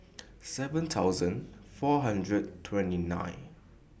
seven thousand four hundred twenty nine